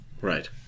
Right